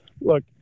look